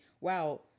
Wow